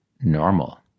normal